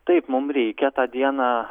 taip mum reikia tą dieną